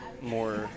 more